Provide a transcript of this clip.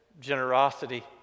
generosity